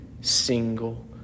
single